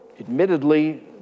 Admittedly